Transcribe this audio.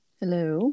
Hello